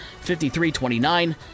53-29